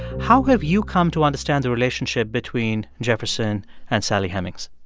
how have you come to understand the relationship between jefferson and sally hemings?